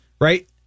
right